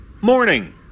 Morning